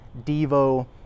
Devo